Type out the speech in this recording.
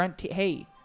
hey